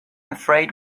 afraid